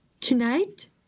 tonight